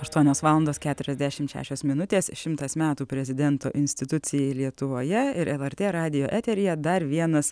aštuonios valandos keturiasdešimt šešios minutės šimtas metų prezidento institucijai lietuvoje ir lrt radijo eteryje dar vienas